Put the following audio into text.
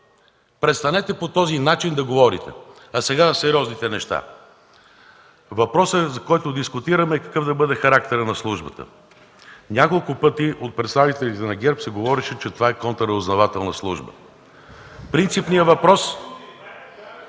говорите по този начин! А сега за сериозните неща. Въпросът, който дискутираме е: какъв да бъде характерът на службата? Няколко пъти от представителите на ГЕРБ се говореше, че това е контраразузнавателна служба. Принципният въпрос ...